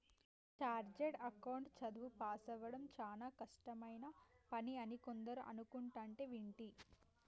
chartered account చదువు పాసవ్వడం చానా కష్టమైన పని అని కొందరు అనుకుంటంటే వింటి